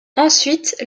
ensuite